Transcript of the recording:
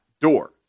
door